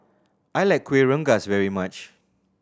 I like Kueh Rengas very much